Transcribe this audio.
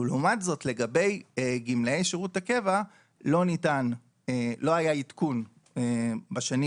ולעומת זאת לגבי גמלאי שירות הקבע לא היה עדכון בשנים